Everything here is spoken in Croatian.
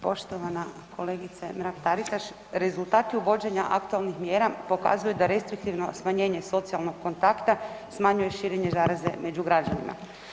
Poštovana kolegice Mrak-Taritaš, rezultati uvođenja aktualnih mjera pokazuju da restriktivno smanjenje socijalnog kontakta smanjuje širenje zaraze među građanima.